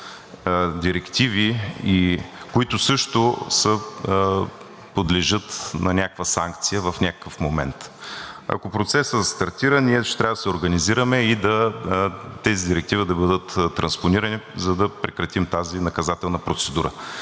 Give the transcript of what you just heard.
директиви, които също подлежат на някаква санкция в някакъв момент. Ако процесът стартира, ние ще трябва да се организираме и тези директиви да бъдат транспонирани, за да прекратим тази наказателна процедура.